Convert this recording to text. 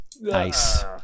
Nice